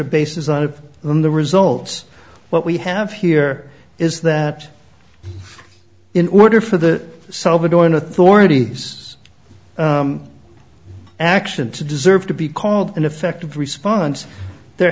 of basis on of them the results what we have here is that in order for the salvadoran authorities action to deserve to be called an effective response there